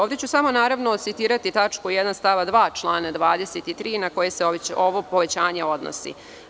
Ovde ću samo citirati tačku 1. stav 2. člana 23. na koji se ovo povećanje odnosi.